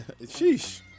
sheesh